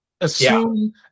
Assume